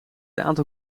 aantal